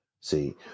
See